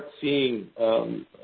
seeing